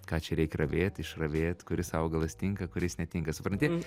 ką čia reik ravėt išravėt kuris augalas tinka kuris netinka supranti